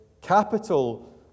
capital